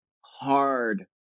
hard